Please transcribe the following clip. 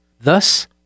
Thus